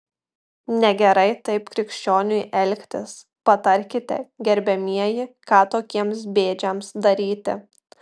negerai taip krikščioniui elgtis patarkite gerbiamieji ką tokiems bėdžiams daryti